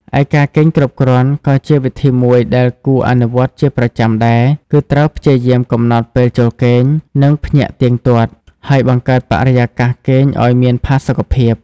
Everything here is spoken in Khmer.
ឯការគេងគ្រប់គ្រាន់ក៏ជាវិធីមួយដែលគួរអនុវត្តជាប្រចាំដែរ គឺត្រូវព្យាយាមកំណត់ពេលចូលគេង និងភ្ញាក់ទៀងទាត់ ហើយបង្កើតបរិយាកាសគេងឱ្យមានផាសុកភាព។